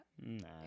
Nah